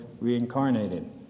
reincarnated